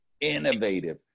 innovative